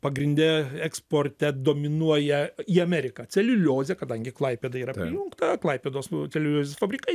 pagrinde eksporte dominuoja į ameriką celiuliozė kadangi klaipėda yra prijungta klaipėdos nu celiuliozės fabrikai